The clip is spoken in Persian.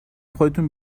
خودتون